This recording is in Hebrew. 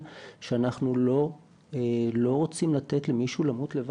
שאנחנו לא רוצים לתת למישהו למות לבד.